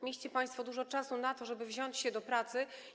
Mieliście państwo dużo czasu na to, żeby wziąć się do pracy.